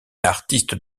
artiste